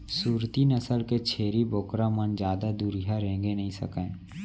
सूरती नसल के छेरी बोकरा मन जादा दुरिहा रेंगे नइ सकय